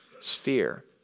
sphere